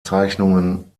zeichnungen